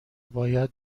باید